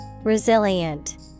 Resilient